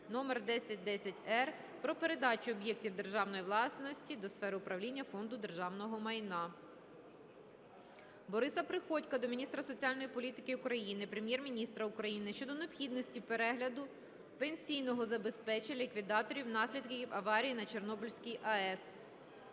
року №1010-р "Про передачу об'єктів державної власності до сфери управління Фонду державного майна". Бориса Приходька до міністра соціальної політики України, Прем'єр-міністра України щодо необхідності перегляду пенсійного забезпечення ліквідаторів наслідків аварії на Чорнобильській АЕС.